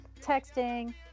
texting